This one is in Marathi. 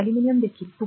अॅल्युमिनियम देखील 2